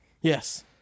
Yes